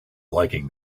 liking